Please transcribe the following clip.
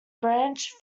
branch